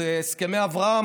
זה הסכמי אברהם,